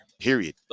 period